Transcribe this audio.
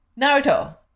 Naruto